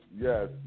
yes